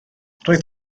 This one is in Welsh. roedd